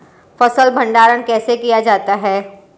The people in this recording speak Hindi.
फ़सल भंडारण कैसे किया जाता है?